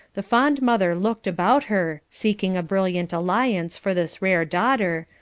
the fond mother looked about her, seeking a brilliant alliance for this rare daughter,